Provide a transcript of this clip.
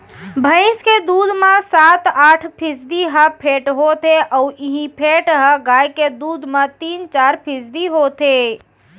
भईंस के दूद म सात आठ फीसदी ह फेट होथे अउ इहीं फेट ह गाय के दूद म तीन चार फीसदी होथे